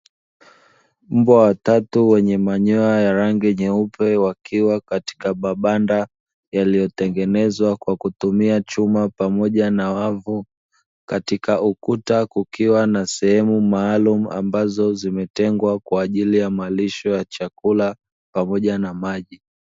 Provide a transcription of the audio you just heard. Mbwa watatu wenye manyoya ya rangi nyeupe wakiwa katika mabanda yaliyotengenezwa kwa kutumia chuma pamoja na wavu katika ukuta, kukiwa na sehemu maalumu ambazo zimetengwa kwa ajili ya malisho ya chakula pamoja na maji.